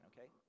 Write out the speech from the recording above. okay